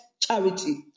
charity